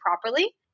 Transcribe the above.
properly